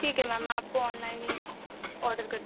ٹھیک ہے میم میں آپ کو آن لائن ہی آڈر کرتی